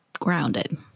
grounded